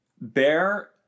Bear